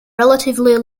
relatively